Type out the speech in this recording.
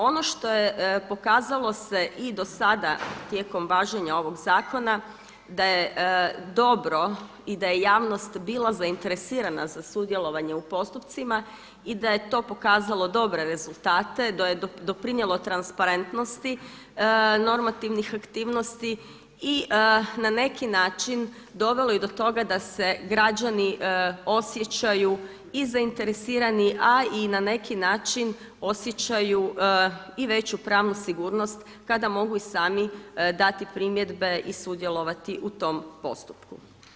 Ono što je pokazalo se i do sada tijekom važenja ovog zakona da je dobro i da je javnost bila zainteresirana za sudjelovanje u postupcima i da je to pokazalo dobre rezultate, da je doprinijelo transparentnosti normativnih aktivnosti i na neki način dovelo i do toga da se građani osjećaju i zainteresirani a i na neki način osjećaju i veću pravnu sigurnost kada mogu i sami dati primjedbe i sudjelovati u tom postupku.